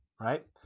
right